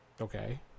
Okay